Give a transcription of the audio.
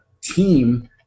team